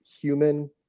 human